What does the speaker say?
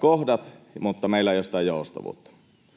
kohdat, mutta meillä ei ole sitä joustavuutta.